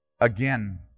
Again